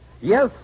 Yes